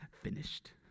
finished